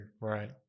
right